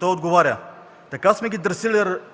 Той отговаря: „Така сме ги